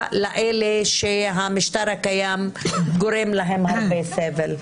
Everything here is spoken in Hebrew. לאלה שהמשטר הקיים גורם להם הרבה סבל.